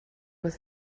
was